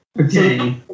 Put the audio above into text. Okay